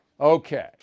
Okay